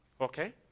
Okay